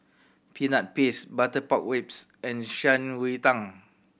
Peanut Paste butter pork ribs and Shan Rui Tang